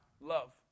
love